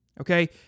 Okay